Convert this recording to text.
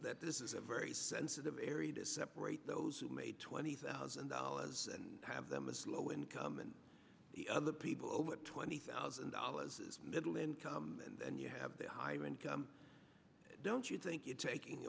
that this is a very sensitive area to separate those who made twenty thousand dollars and have them as low income and the other people over twenty thousand dollars middle income and you have the higher income don't you think you're taking